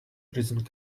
prison